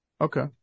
Okay